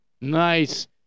nice